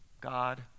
God